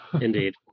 indeed